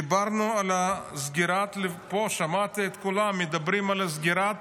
דיברנו פה, שמעתי את כולם מדברים על סגירת